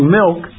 milk